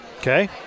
Okay